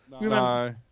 No